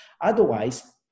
Otherwise